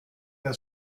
der